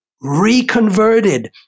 reconverted